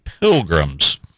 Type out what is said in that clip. pilgrims